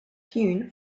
hewn